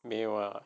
没有 lah